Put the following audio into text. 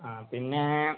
ആ പിന്നെ